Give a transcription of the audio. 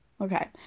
Okay